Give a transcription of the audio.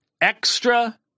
extra